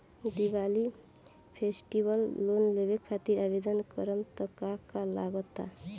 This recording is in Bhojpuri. दिवाली फेस्टिवल लोन लेवे खातिर आवेदन करे म का का लगा तऽ?